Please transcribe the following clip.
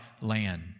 land